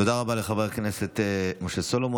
תודה רבה לחבר הכנסת משה סולומון.